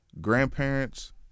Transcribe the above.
grandparents